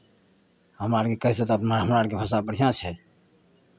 हमरा आरके कइसे तऽ हमरा आरके भाषा बढ़िआँ छै